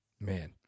man